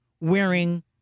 wearing